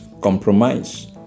Compromise